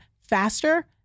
faster